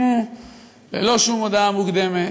בשבוע שעבר והחרימו ללא שום הודעה מוקדמת,